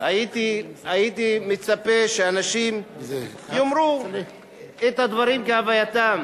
הייתי מצפה שאנשים יאמרו את הדברים כהווייתם.